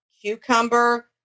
cucumber